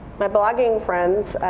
my blogging friends,